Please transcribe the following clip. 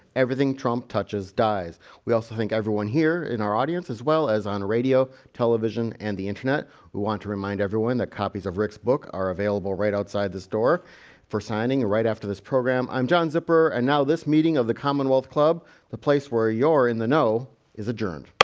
everything trump touches dies we also think everyone here in our audience as well as on radio television and the internet we want to remind everyone that copies of rick's book are available right outside this door for signing right after this program. i'm john zipper and now this meeting of the commonwealth club the place where you're in the know is adjourned